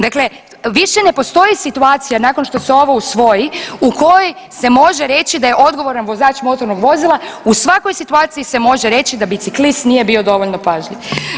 Dakle, više ne postoji situacija nakon što se ovo usvoji u kojoj se može reći da je odgovoran vozač motornog vozila u svakoj situaciji se može reći da biciklist nije bio dovoljno pažljiv.